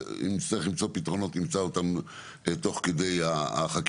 ואם יהיו בעיות נמצא פתרונות תוך כדי החקיקה.